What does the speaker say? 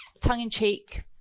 tongue-in-cheek